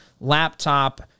laptop